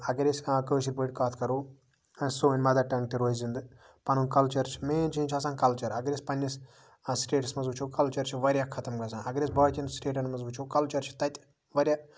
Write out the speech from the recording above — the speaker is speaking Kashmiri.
اَگر أسۍ کٲشِر پٲٹھۍ کَتھ کرو سٲنۍ مَدر ٹَنگ تہِ روزِ زِندٕ پَنُن کلچر چھُ مین چیٖز چھُ آسان کَلچر اَگر أسۍ پَنٕنِس سِٹیٹَس منٛز وٕچھو کلچر چھُ واریاہ خَتم گژھان اَگر أسۍ باقین سِٹیٹَن منٛز وٕچھو کَلچر چھُ تَتہِ واریاہ